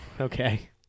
okay